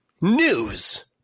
News